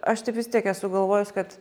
aš taip vis tiek esu galvojus kad